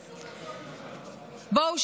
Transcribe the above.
בואו,